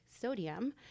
sodium